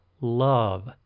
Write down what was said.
love